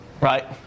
Right